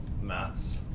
maths